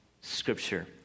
Scripture